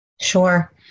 Sure